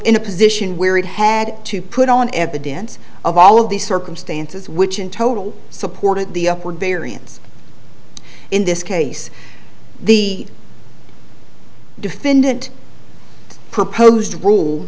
in a position where it had to put on evidence of all of these circumstances which in total supported the upward variance in this case the defendant proposed rule